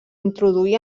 introduí